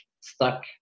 stuck